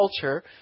culture